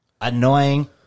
Annoying